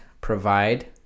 provide